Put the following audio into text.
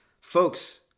Folks